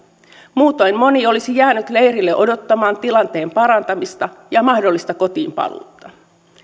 muutoin moni olisi jäänyt leirille odottamaan tilanteen parantamista ja mahdollista kotiinpaluuta